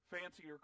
fancier